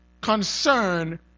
concern